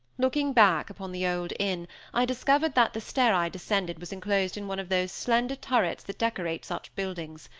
looking back upon the old inn i discovered that the stair i descended was enclosed in one of those slender turrets that decorate such buildings.